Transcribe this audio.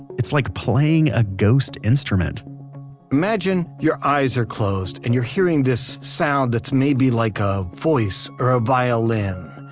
it's like playing a ghost instrument imagine your eyes are closed and you're hearing this sound that's maybe like a voice or a violin.